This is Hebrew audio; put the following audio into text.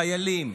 חיילים,